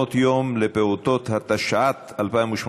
במעונות יום לפעוטות, התשע"ט 2018,